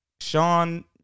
Sean